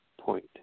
point